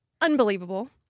unbelievable